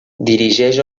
dirigeix